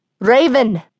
Raven